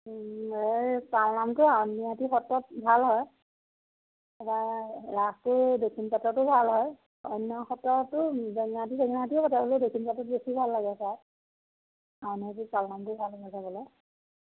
পালনামটো আউনীআটী সত্ৰত ভাল হয় তাৰপৰা ৰাসটো দক্ষিণপাটতো ভাল হয় অন্য সত্ৰতো বেঙেনাআটী চেঙেনাআটীও পাতে হ'লেও দক্ষিণপাটত বেছি ভাল লাগে চাই আউনীআটীৰ পাল নামবোৰ ভাল লাগে চাবলৈ